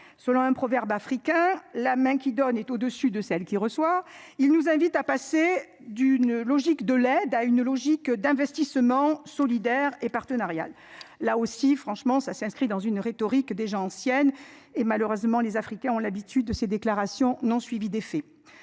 Selon un proverbe africain. La main qui donne est au dessus de celle qui reçoit. Ils nous invitent à passer d'une logique de l'aide à une logique d'investissement solidaire et partenariale, là aussi franchement ça s'inscrit dans une rhétorique déjà ancienne et malheureusement les Africains ont l'habitude de ces déclarations non suivies d'effet,